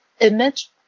image